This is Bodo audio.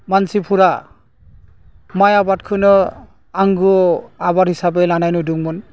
मानसिफोरा माइ आबादखौनो आंगो आबाद हिसाबै लानाय नुदोंमोन